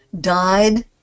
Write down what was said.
died